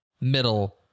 middle